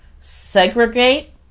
segregate